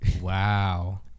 Wow